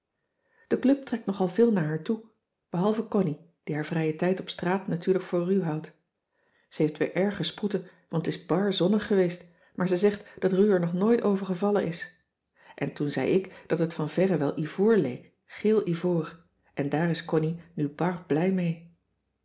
de club trekt nogal veel naar haar toe behalve connie die haar vrijen tijd op straat natuurlijk voor ru houdt ze heeft weer erge sproeten want t is bar zonnig geweest maar ze zegt dat ru er nog nooit over gevallen is en toen zei ik dat het van verre wel ivoor leek geel ivoor en daar is connie nu bar blij mee